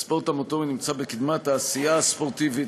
הספורט המוטורי נמצא בקדמת העשייה הספורטיבית